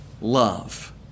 love